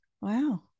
Wow